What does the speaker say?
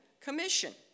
commission